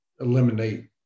Eliminate